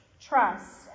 trust